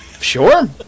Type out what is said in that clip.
Sure